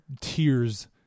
tears